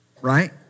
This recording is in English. right